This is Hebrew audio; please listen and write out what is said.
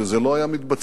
וזה לא היה מתבצע